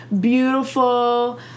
beautiful